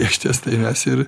išties tai mes ir